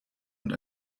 und